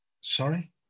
sorry